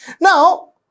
Now